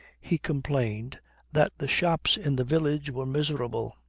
he complained that the shops in the village were miserable.